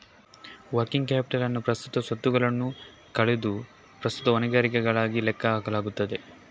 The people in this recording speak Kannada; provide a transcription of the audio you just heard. ವರ್ಕಿಂಗ್ ಕ್ಯಾಪಿಟಲ್ ಅನ್ನು ಪ್ರಸ್ತುತ ಸ್ವತ್ತುಗಳನ್ನು ಕಳೆದು ಪ್ರಸ್ತುತ ಹೊಣೆಗಾರಿಕೆಗಳಾಗಿ ಲೆಕ್ಕ ಹಾಕಲಾಗುತ್ತದೆ